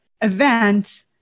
event